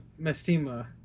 Mestima